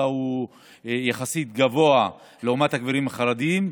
היא יחסית גבוהה לעומת הגברים החרדים,